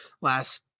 last